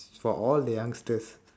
for all the youngsters